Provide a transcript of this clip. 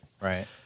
Right